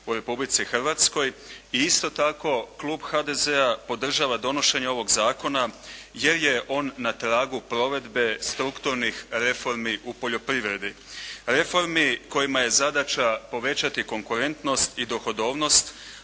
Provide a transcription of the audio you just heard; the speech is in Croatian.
u Republici Hrvatskoj. I isto tako, klub HDZ-a podržava donošenje ovog zakona jer je on na tragu provedbe strukturnih reformi u poljoprivredi, reformi kojima je zadaća povećati konkurentnost i dohodovnost